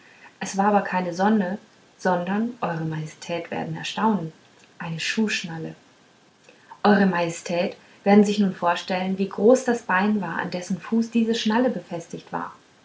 es war aber keine sonne sondern eure majestät werden erstaunen eine schuhschnalle eure majestät werden sich nun vorstellen wie groß das bein war an dessen fuß diese schnalle befestigt war